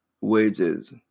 wages